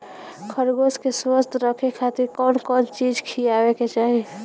खरगोश के स्वस्थ रखे खातिर कउन कउन चिज खिआवे के चाही?